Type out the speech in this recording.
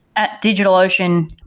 at digitalocean,